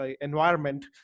environment